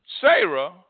Sarah